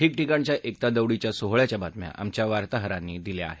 ठिकठिकाणच्या एकता दौडीच्या सोहळ्याच्या बातम्या आमच्या वार्ताहरांनी दिल्या आहेत